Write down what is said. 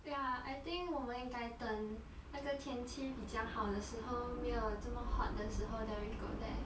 ya I think 我们应该等那个天气比较好的时候没有这么 hot 的时候 then we go there